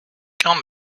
quand